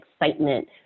excitement